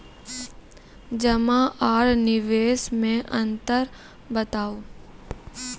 जमा आर निवेश मे अन्तर बताऊ?